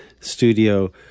studio